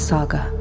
Saga